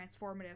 transformative